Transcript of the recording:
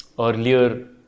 earlier